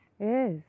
Yes